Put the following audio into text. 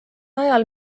ajal